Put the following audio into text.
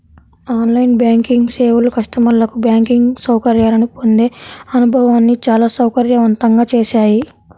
on line banking సేవలు కస్టమర్లకు banking సౌకర్యాలను పొందే అనుభవాన్ని చాలా సౌకర్యవంతంగా చేశాయి